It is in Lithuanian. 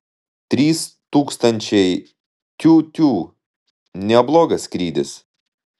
trys tūkstančiai tiū tiū neblogas skrydis